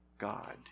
God